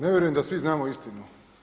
Ne vjerujem da svi znamo istinu.